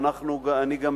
אני הנחיתי,